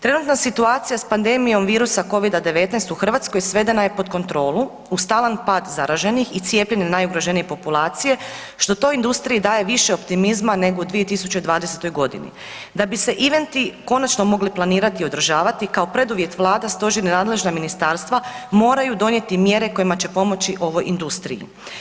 Trenutna situacija s pandemijom virusa covida-10 u Hrvatskoj svedena je pod kontrolu uz stalan pad zaraženih i cijepljenje najugroženije populacije što toj industriji daje više optimizma nego u 2020.g. Da bi se eventi konačno mogli planirati i održavati kao preduvjet Vlada, stožer i nadležna ministarstva moraju donijeti mjere kojima će pomoći ovoj industriji.